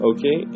Okay